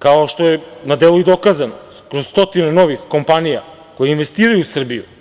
kao što je na delu i dokazano, kroz stotinu novih kompanija koji investiraju u Srbiju.